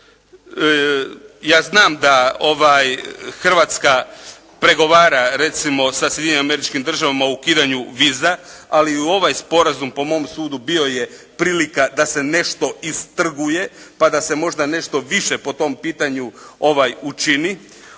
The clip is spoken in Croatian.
ja znam da Hrvatska pregovara recimo sa Sjedinjenim Američkim Državama o ukidanju viza, ali u ovaj sporazum po mom sudu bio je prilika da se nešto istrguje, pa da se možda nešto više po tom pitanju učini.